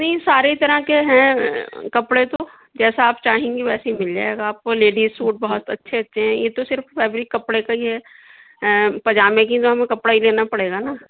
نہیں ساریے طرح کے ہیں کپڑے تو جیسا آپ چاہیں گے ویسے ہی مل جائے گا آپ کو لیڈیز سوٹ بہت اچھے اچھے ہیں یہ تو صرف فیبرک کپڑے کا یہ ہے پاجامے کی تو ہمیں کپڑا ہی لینا پڑے گا نا